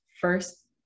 first